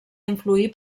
influir